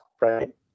right